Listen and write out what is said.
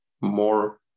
more